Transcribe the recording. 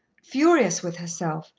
furious with herself,